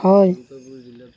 হয়